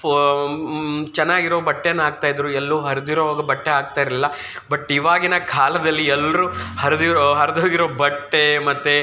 ಪೊ ಚೆನ್ನಾಗಿರೋ ಬಟ್ಟೆನ ಹಾಕ್ತಾ ಇದ್ದರು ಎಲ್ಲೂ ಹರಿದಿರೊ ಬಟ್ಟೆ ಹಾಕ್ತಾ ಇರಲಿಲ್ಲ ಬಟ್ ಇವಾಗಿನ ಕಾಲದಲ್ಲಿ ಎಲ್ಲರೂ ಹರಿದಿರೊ ಹರಿದ್ಹೋಗಿರೊ ಬಟ್ಟೆ ಮತ್ತು